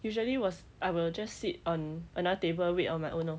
usually was I will just sit on another table wait on my own lor